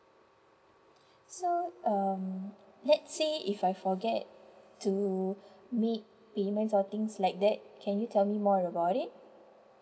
so um let say if I forget to make payment or things like that can you tell me more about it